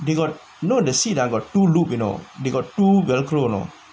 they got you know the seat ah they got two hook you know